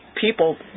people